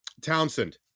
Townsend